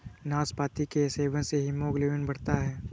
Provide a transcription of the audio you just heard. नाशपाती के सेवन से हीमोग्लोबिन बढ़ता है